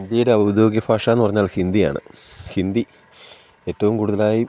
ഇന്ത്യയിൽ ഔദ്യോഗിക ഭാഷ എന്ന് പറഞ്ഞാൽ ഹിന്ദിയാണ് ഹിന്ദി ഏറ്റവും കൂടുതലായി